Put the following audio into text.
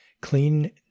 clean